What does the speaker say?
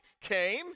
came